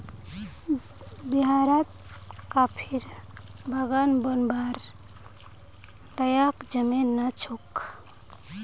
बिहारत कॉफीर बागान बनव्वार लयैक जमीन नइ छोक